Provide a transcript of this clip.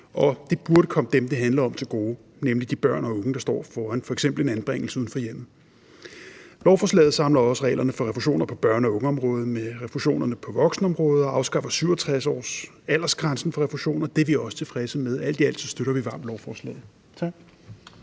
det burde komme dem, det handler om, til gode, nemlig de børn og unge, der står foran f.eks. en anbringelse uden for hjemmet. Lovforslaget samler også reglerne for refusionerne på børne- og ungeområdet og voksenområdet og afskaffer 67-årsaldersgrænsen for refusioner, og det er vi også tilfredse med. Alt i alt støtter vi varmt lovforslaget.